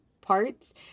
parts